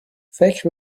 فکر